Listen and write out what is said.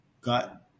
got